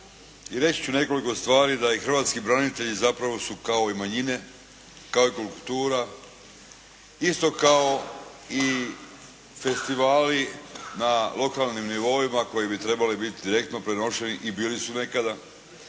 reći ću nekoliko stvari da i hrvatski branitelji zapravo su kao i manjine, kao i kultura, isto kao i festivali na lokalnim nivoima koji bi trebali biti direktno prenošeni i bili su nekada.